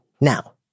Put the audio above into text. Now